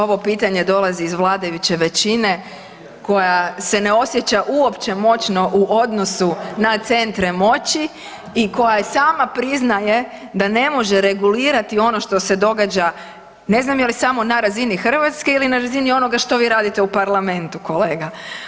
Raduje me što ovo pitanje dolazi iz vladajuće većine koja se ne osjeća uopće moćno u odnosu na centre moći i koja i sama priznaje da ne može regulirati ono što se događa ne znam je li samo na razini Hrvatske ili na razini onoga što vi radite u parlamentu kolega.